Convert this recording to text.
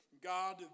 God